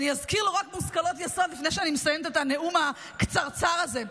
אז אני אזכיר לו רק מושכלות יסוד לפני שאני מסיימת את הנאום הקצרצר הזה.